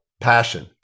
passion